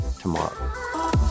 tomorrow